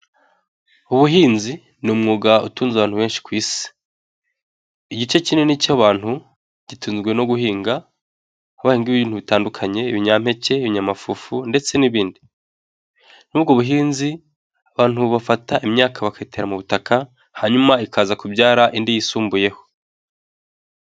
Ubuhinzi ni umwuga utunze abantu benshi ku isi. Igice kinini cy'abantu gitunzwe no guhinga aho bahinga ibintu bitandukanye ibinyampeke, ibyamafufu ndetse n'ibindi. Muri ubwo buhinzi abantu bafata imyaka bakiyitera mu butaka hanyuma ikaza kubyara indi yisumbuyeho.